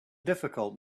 difficult